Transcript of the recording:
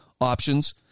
options